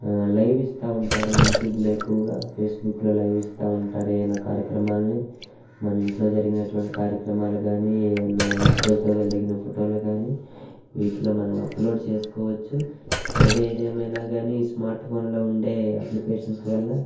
live ఇస్తు ఉంటారు యూట్యూబ్లో ఎక్కువగా ఫేస్బుక్లో లైవ్ ఇస్తు ఉంటారు ఏవన్నా కార్యక్రమాల్ని మన ఇంట్లో జరిగినటువంటి కార్యక్రమాలు కానీ ఏవన్నా మిత్రులతో దిగిన ఫోటోలు కానీ వీటిలో మనం అప్లోడ్ చేసుకోవచ్చు ఏది ఏది ఏమైనా కానీ స్మార్ట్ ఫోన్లో ఉండే అప్లికేషన్స్ వల్ల